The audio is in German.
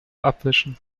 abwischen